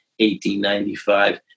1895